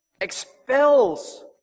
expels